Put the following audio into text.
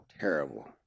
terrible